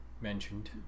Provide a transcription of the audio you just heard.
mentioned